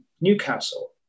Newcastle